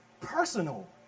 personal